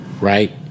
right